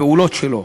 הפעולות שלו,